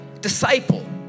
disciple